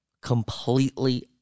completely